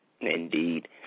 Indeed